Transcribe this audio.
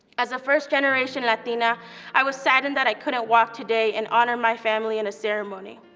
as a first-generation latina i was saddened that i couldn't walk today and honor my family in a ceremony.